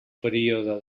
període